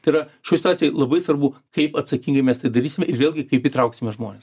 tai yra šioj situacijoj labai svarbu kaip atsakingai mes tai darysime ir vėlgi kaip įtrauksime žmones